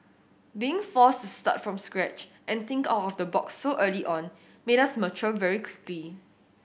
being forced to start from scratch and think out of the box so early on made us mature very quickly